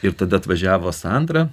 ir tada atvažiavo sandra